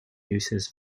uses